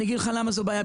אני אגיד לך למה זאת בעיה.